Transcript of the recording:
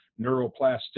neuroplasticity